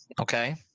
Okay